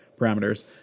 parameters